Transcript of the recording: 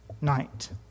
night